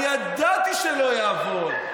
אני ידעתי שלא יעבוד.